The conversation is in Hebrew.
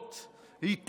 התלהמות,